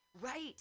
right